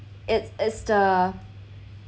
it's it's the